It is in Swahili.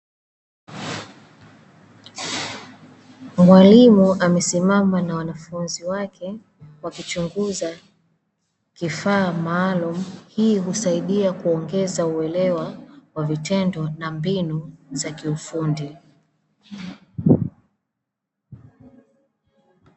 Mwalimu amesimama na wanafunzi wake, wakichunguza kifaa maalumu. Hii husaidia kuongeza uelewa wa vitendo na mbinu za kiufundi.